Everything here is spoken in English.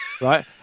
right